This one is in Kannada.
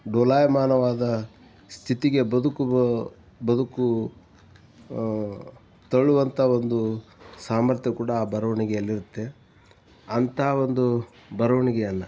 ಡೋಲಾಯಮಾನವಾದ ಸ್ಥಿತಿಗೆ ಬದುಕು ಬದುಕು ತಳ್ಳುವಂಥ ಒಂದು ಸಾಮರ್ಥ್ಯ ಕೂಡ ಆ ಬರ್ವಣ್ಗೆಯಲ್ಲಿರುತ್ತೆ ಅಂಥ ಒಂದು ಬರವಣ್ಗೆಯನ್ನ